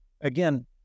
again